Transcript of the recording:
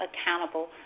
accountable